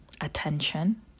attention